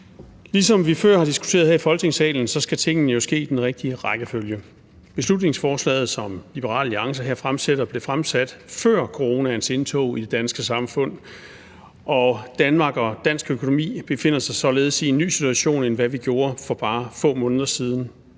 Ligesom vi før har diskuteret her det i Folketingssalen, skal tingene jo ske i den rigtige rækkefølge, og beslutningsforslaget, som Liberal Alliance fremsætter, blev fremsat før coronaens indtog i det danske samfund, og Danmark og dansk økonomi befinder sig således i en ny situation i forhold til for bare få måneder siden.